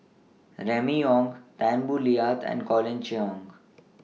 Remy Ong Tan Boo Liat and Colin Cheong